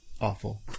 awful